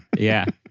yeah